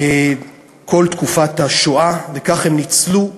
כל תקופת השואה, וכך הם ניצלו.